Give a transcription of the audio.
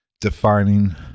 defining